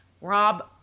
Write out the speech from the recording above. Rob